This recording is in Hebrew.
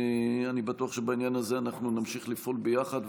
אני בטוח שבעניין הזה אנחנו נמשיך לפעול ביחד,